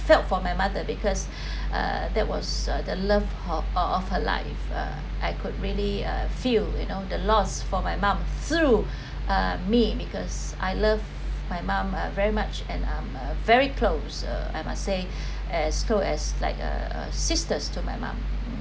felt for my mother because uh that was the love of of her life uh I could really uh feel you know the loss for my mum through uh me because I love my mum uh very much and I'm very close uh I must say as close as like a a sister to my mom